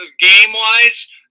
game-wise